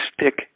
stick